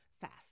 fast